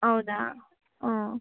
ಹೌದಾ ಹಾಂ